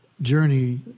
journey